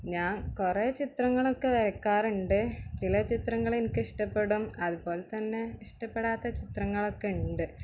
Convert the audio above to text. ഞാൻ കുറെ ചിത്രങ്ങളൊക്കെ വരയ്ക്കാറുണ്ട് ചില ചിത്രങ്ങളെനിക്കിഷ്ടപ്പെടും അതുപോലെ തന്നെ ഇഷ്ടപെടാത്ത ചിത്രങ്ങളക്ക്ണ്ട്